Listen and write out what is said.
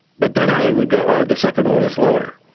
but then i would go, oh, the second one was lower,